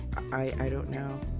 i don't know.